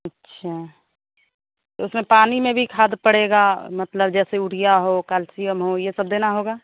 अच्छा उसमें पानी में भी खाद पड़ेगा मतलब जैसे उरिया हो कैल्सियम हो यह सब देना होगा